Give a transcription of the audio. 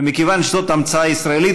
ומכיוון שזאת המצאה ישראלית,